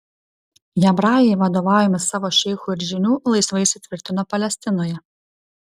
hebrajai vadovaujami savo šeichų ir žynių laisvai įsitvirtino palestinoje